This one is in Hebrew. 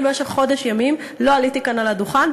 אני במשך חודש ימים לא עליתי כאן על הדוכן,